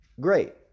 great